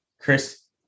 Chris